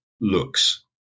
looks